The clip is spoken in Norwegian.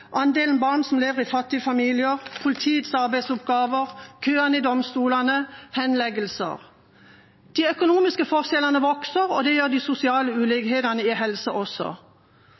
andelen barn som lever i fattige familier, politiets arbeidsoppgaver, køene i domstolene, henleggelser. De økonomiske forskjellene vokser. Det gjør også de sosiale ulikhetene innen helse.